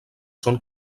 són